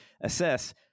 assess